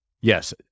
yes